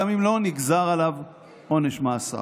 גם אם לא נגזר עליו עונש מאסר.